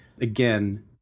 Again